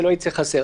שלא ייצא חסר,